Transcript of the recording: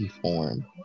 form